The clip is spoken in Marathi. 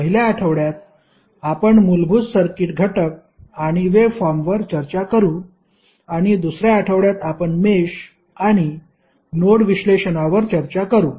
पहिल्या आठवड्यात आपण मूलभूत सर्किट घटक आणि वेव्हफॉर्म वर चर्चा करू आणि दुसऱ्या आठवड्यात आपण मेश आणि नोड विश्लेषणावर चर्चा करू